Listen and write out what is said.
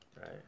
Right